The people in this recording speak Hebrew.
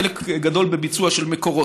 חלק גדול בביצוע של מקורות.